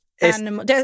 animal